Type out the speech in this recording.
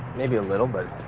maybe a little, but